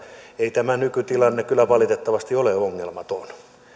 ei tämä nykytilanne kyllä valitettavasti ole ongelmaton